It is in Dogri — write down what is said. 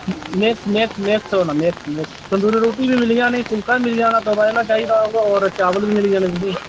में में में तंदूरी रुट्टी बी मिली जानी म्हाराज जे किश चाहिदा होर चावल बी मिली जाने तुसें गी